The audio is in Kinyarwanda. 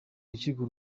rukiko